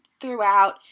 throughout –